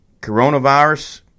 coronavirus